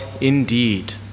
indeed